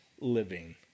living